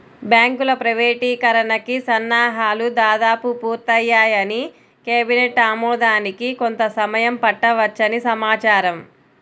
బ్యాంకుల ప్రైవేటీకరణకి సన్నాహాలు దాదాపు పూర్తయ్యాయని, కేబినెట్ ఆమోదానికి కొంత సమయం పట్టవచ్చని సమాచారం